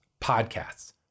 podcasts